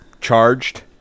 charged